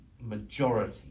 majority